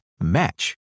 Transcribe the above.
match